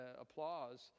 applause